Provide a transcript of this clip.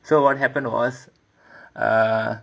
so what happened was uh